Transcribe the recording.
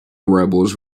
rebels